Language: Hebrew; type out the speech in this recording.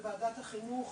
בוועדת חינוך,